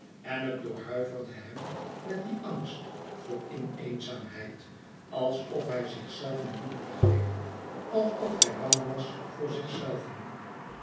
en het doorhuiverde hem met die angst voor in eenzaamheid alsof hij zichzelven niet begreep alsof hij bang was voor zichzelven